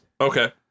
Okay